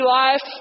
life